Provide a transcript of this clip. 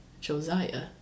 Josiah